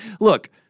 look